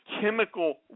chemical